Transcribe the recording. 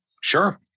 Sure